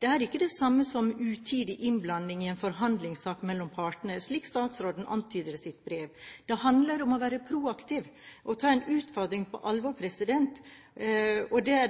Det er ikke det samme som utidig innblanding i en forhandlingssak mellom partene, slik statsråden antyder i sitt brev. Det handler om å være proaktiv og ta en utfordring på alvor. Det er